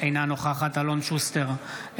אינה נוכחת אלון שוסטר,